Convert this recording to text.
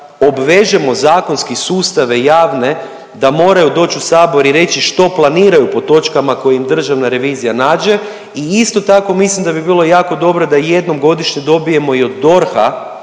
obvežemo zakonski sustave javne da moraju doć u sabor i reći što planiraju po točkama koje im državna revizija nađe i isto tako mislim da bi bilo jako dobro da jednom godišnje dobijemo i od DORH-a